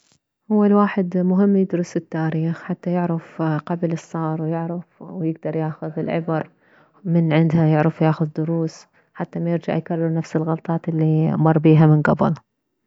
هو الواحد مهم يدرس التاريخ حتى يعرف قبل شصار ويعرف ويكدر ياخذ العبر من عدها يعرف ياخذ دروس حتى ما يرجع يكرر نفس الغلطات اللي مر بيها من كبل